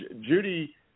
Judy